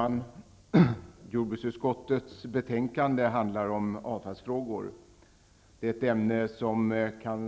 som jag yrkar bifall till.